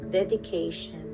dedication